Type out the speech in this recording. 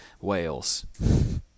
Wales